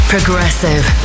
Progressive